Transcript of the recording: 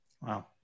wow